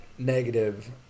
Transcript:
negative